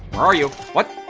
are you? what?